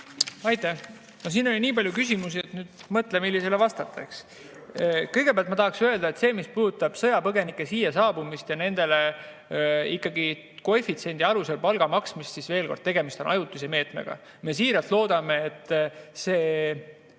Aitäh! No siin oli nii palju küsimusi, et nüüd mõtle, millisele vastata. Kõigepealt ma tahan öelda, et see, mis puudutab sõjapõgenike siia saabumist ja nendele koefitsiendi alusel palga maksmist, siis tegemist on ajutise meetmega. Me siiralt loodame, et